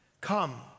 Come